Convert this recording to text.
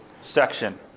section